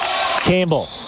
Campbell